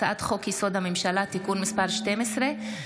הצעת חוק-יסוד: הממשלה (תיקון מס' 12),